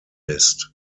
list